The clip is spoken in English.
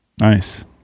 Nice